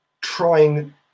trying